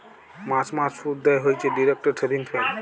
মাস মাস শুধ দেয় হইছে ডিইরেক্ট সেভিংস ব্যাঙ্ক